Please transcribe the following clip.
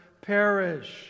perish